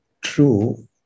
true